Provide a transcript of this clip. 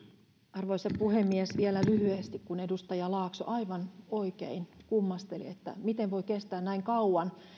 arvoisa puhemies vielä lyhyesti edustaja laakso aivan oikein kummasteli miten voi kestää näin kauan